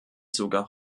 sogar